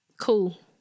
Cool